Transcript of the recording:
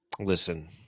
Listen